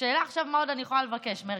השאלה עכשיו מה עוד אני יכולה לבקש, מרגי.